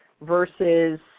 versus